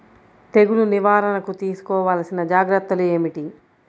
తెగులు నివారణకు తీసుకోవలసిన జాగ్రత్తలు ఏమిటీ?